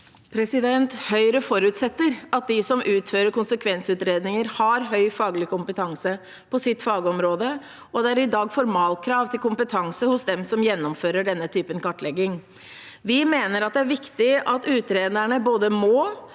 Høyre for- utsetter at de som utfører konsekvensutredninger, har høy faglig kompetanse på sitt fagområde, og det er i dag formalkrav til kompetanse hos dem som gjennomfører denne typen kartlegging. Vi mener at det er viktig at utrederne både må,